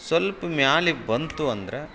ಸಲ್ಪ ಮ್ಯಾಲಿಗೆ ಬಂತು ಅಂದ್ರೆ